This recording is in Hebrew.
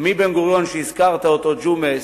מבן-גוריון, שהזכרת אותו, ג'ומס,